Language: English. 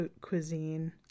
cuisine